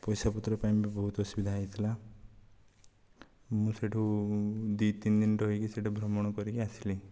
ପଇସାପତ୍ର ପାଇଁ ବି ବହୁତ ଅସୁବିଧା ହେଇଥିଲା ମୁଁ ସେଇଠୁ ଦୁଇ ତିନି ଦିନ ରହିକି ସେଇଠି ଭ୍ରମଣ କରିକି ଆସିଲି